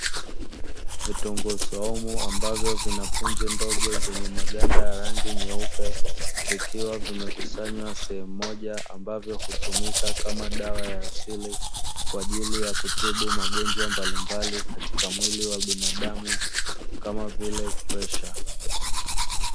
Vitunguu swaumu ambavyo vina punje ndogo zenye maganda ya rangi nyeupe, vikiwa vimekusanywa sehemu moja ambavyo hutumika kama dawa ya asili, kwa ajili ya kutibu magonjwa mbalimbali katika mwili wa binadamu kama vile presha.